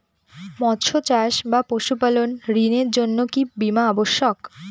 মৎস্য চাষ বা পশুপালন ঋণের জন্য কি বীমা অবশ্যক?